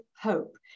hope